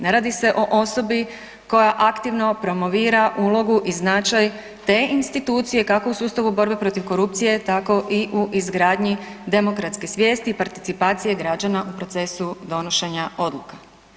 Ne radi se o osobi koja aktivno promovira ulogu i značaj te institucije, kako u sustavu borbe protiv korupcije, tako i u izgradnji demokratske svijesti, participacije građana u procesu donošenja odluka.